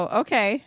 okay